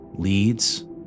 leads